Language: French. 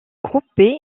groupe